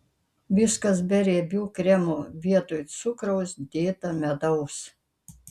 viskas be riebių kremų vietoj cukraus dėta medaus